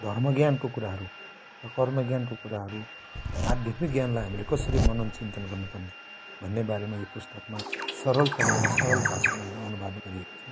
धर्म ज्ञानको कुराहरू र कर्म ज्ञानको कुराहरू आध्यात्मिक ज्ञानलाई हामीले कसरी मनन चिन्तन गर्नु पर्ने भन्ने बारेमा यो पुस्तकमा सरल तरिकाले सरल भाषामा यसलाई अनुवाद गरिएको छ